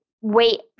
wait